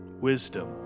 Wisdom